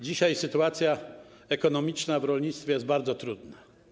Dzisiaj sytuacja ekonomiczna w rolnictwie jest bardzo trudna.